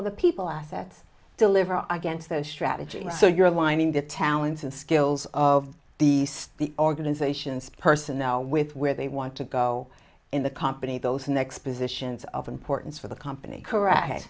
will the people assets deliver against those strategies so you're aligning the talents and skills of the state organizations personnel with where they want to go in the company those next positions of importance for the company correct